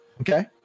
okay